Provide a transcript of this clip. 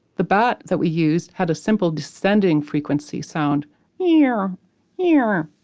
the bat that we used had simple descending frequency sound yeah eer yeah eer